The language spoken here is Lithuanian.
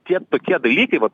tie tokie dalykai vat